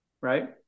Right